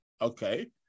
okay